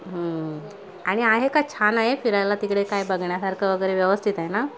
आणि आहे का छान आहे फिरायला तिकडे काय बघण्यासारखं वगैरे व्यवस्थित आहे ना